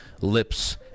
lips